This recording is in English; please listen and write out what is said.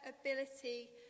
ability